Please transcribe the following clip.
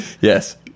Yes